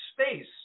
space